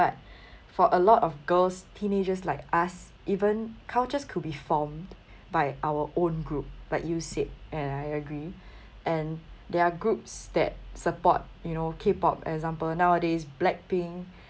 but for a lot of girls teenagers like us even cultures could be formed by our own group like you said and I agree and there are groups that support you know K_pop example nowadays blackpink